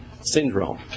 Syndrome